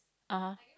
(uh huh)